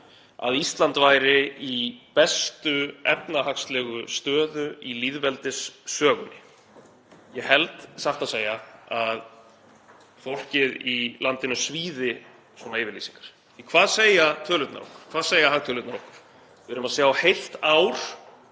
að Ísland væri í bestu efnahagslegu stöðu í lýðveldissögunni. Ég held satt að segja að fólkinu í landinu svíði svona yfirlýsingar. En hvað segja hagtölurnar okkur? Við erum að sjá heilt ár